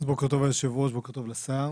בוקר טוב ליושב-ראש, בוקר טוב לשר.